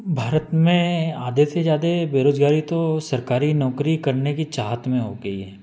भारत में आधे से ज्यादे बेरोजगारी तो सरकारी नौकरी करने की चाहत में हो गई है